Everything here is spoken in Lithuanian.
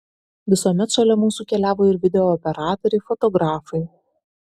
visuomet šalia mūsų keliavo ir video operatoriai fotografai